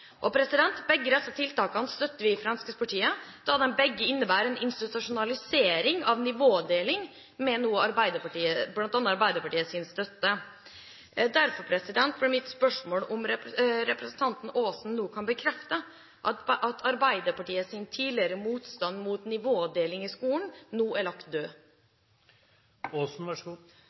Begge disse tiltakene støtter vi i Fremskrittspartiet, da de begge innebærer en institusjonalisering av nivådeling – bl.a. med Arbeiderpartiets støtte. Derfor blir mitt spørsmål: Kan representanten Aasen bekrefte at Arbeiderpartiets tidligere motstand mot nivådeling i skolen nå er lagt